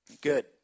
Good